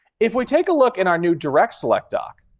if we take a look at our new direct select dock,